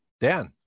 Dan